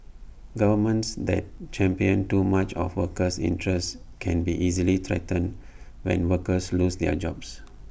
governments that champion too much of workers' interests can be easily threatened when workers lose their jobs